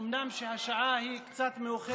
אומנם השעה היא קצת מאוחרת,